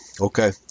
Okay